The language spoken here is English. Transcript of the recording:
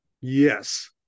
Yes